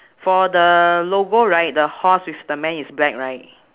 for the logo right the horse with the man is black right